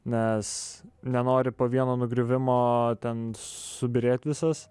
nes nenori po vieno nugriuvimo ten subyrėt visas